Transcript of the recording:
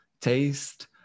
taste